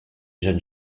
jeunes